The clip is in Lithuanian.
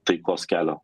taikos kelio